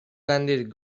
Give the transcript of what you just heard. landed